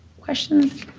questions?